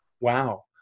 wow